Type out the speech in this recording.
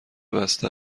بسته